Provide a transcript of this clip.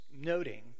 noting